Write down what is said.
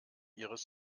ihres